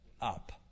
up